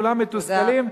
כולם מתוסכלים,